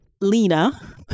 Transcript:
Lena